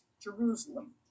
jerusalem